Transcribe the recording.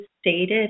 stated